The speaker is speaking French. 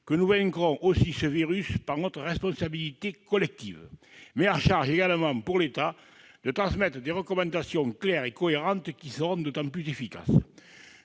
que nous vaincrons aussi ce virus par notre responsabilité collective. À charge, pour l'État, de transmettre des recommandations claires et cohérentes, qui seront ainsi d'autant plus efficaces.